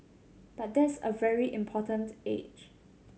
but that's a very important age